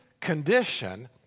condition